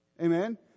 Amen